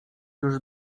już